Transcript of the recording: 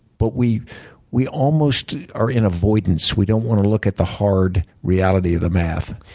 but we we almost are in avoidance. we don't want to look at the hard reality of the math.